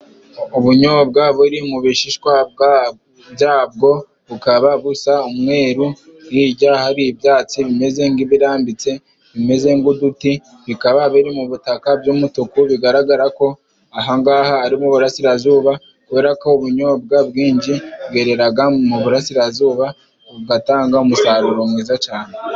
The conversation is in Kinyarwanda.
Ubunyobwa buri mu bishishwa bwa byabwo bukaba busa umweru hijya hari ibyatsi bimeze nk'ibirambitse bimeze nk'uduti bikaba biri mu butaka by'umutuku bigaragara ko ahangaha ari mu burasirazuba kubera ko ubunyobwa bwinji bweraga mu burasirazuba bugatanga umusaruro mwiza cyane.